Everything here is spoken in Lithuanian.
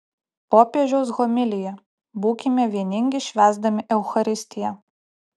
popiežiaus homilija būkime vieningi švęsdami eucharistiją